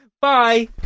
Bye